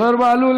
זוהיר בהלול,